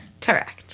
Correct